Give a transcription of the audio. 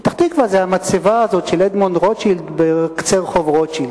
פתח-תקווה זה המצבה של אדמונד רוטשילד בקצה רחוב רוטשילד,